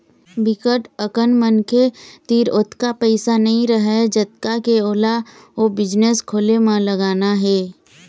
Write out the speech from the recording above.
बिकट अकन मनखे तीर ओतका पइसा नइ रहय जतका के ओला ओ बिजनेस खोले म लगाना हे